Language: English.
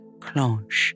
Cloche